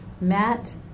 Matt